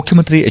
ಮುಖ್ಯಮಂತ್ರಿ ಎಚ್